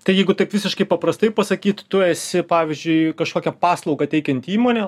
tai jeigu taip visiškai paprastai pasakyt tu esi pavyzdžiui kažkokią paslaugą teikianti įmonė